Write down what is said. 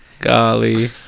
Golly